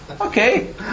Okay